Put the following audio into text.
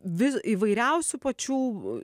vis įvairiausių pačių